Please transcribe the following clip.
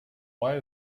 why